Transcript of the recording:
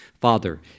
Father